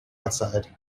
outside